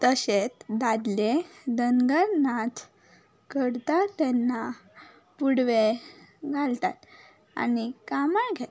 तशेंत दादले धनगर नाच करता तेन्ना पुडवें घालतात आनी कांबळ घेता